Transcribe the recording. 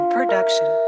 Production